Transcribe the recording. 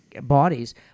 bodies